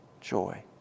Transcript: joy